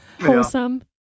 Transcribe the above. Wholesome